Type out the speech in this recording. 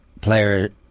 player